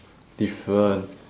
different